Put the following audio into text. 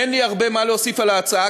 אין לי הרבה מה להוסיף על ההצעה,